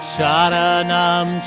Sharanam